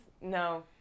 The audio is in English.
no